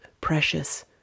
precious